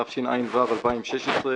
התשע"ו-2016,